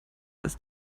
ist